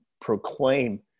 proclaim